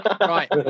Right